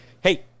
hey